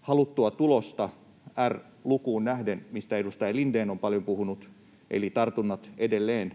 haluttua tulosta R-lukuun nähden, mistä edustaja Lindén on paljon puhunut, eli tartunnat edelleen